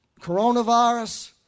coronavirus